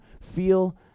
feel